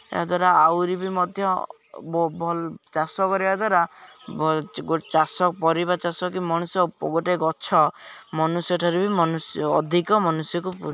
ଏହାଦ୍ୱାରା ଆହୁରି ବି ମଧ୍ୟ ଭଲ ଚାଷ କରିବା ଦ୍ୱାରା ଚାଷ ପରିବା ଚାଷ କି ମଣିଷ ଗୋଟେ ଗଛ ମନୁଷ୍ୟଠାରୁ ବି ଅଧିକ ମନୁଷ୍ୟକୁ